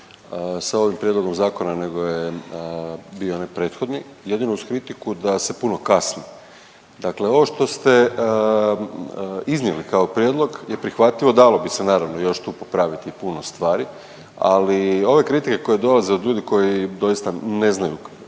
sa ovim prijedlogom zakona nego je bio onaj prethodni, jedino uz kritiku da se puno kasni. Dakle, ovo što ste iznijeli kao prijedlog je prihvatljivo, dalo bi se naravno još tu popraviti puno stvari, ali ove kritike koje dolaze od ljudi koji doista ne znaju kako